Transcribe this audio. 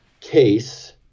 case